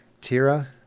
Tira